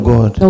God